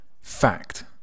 Fact